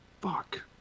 Fuck